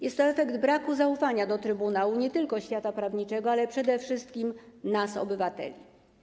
Jest to efekt braku zaufania do trybunału nie tylko świata prawniczego, ale przede wszystkim nas, obywateli.